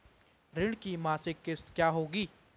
ऋण की मासिक किश्त क्या होगी?